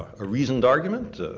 a reasoned argument.